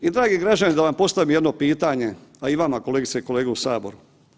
I dragi građani da vam postavim jedno pitanje, a i vama kolegice i kolege u saboru.